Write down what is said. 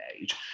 age